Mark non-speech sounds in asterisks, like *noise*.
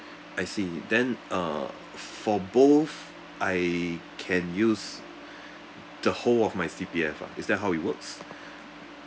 I see then uh for both I can use *breath* the whole of my C_P_F ah is that how it works *breath*